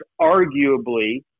arguably